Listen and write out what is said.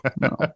no